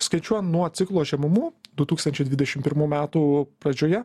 skaičiuojant nuo ciklo žemumų du tūkstančiai dvidešim pirmų metų pradžioje